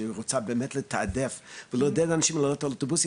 שרוצה באמת לתעדף ולעודד אנשים לעלות על אוטובוסים,